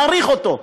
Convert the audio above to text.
מעריך אותו,